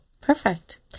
Perfect